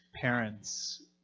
parents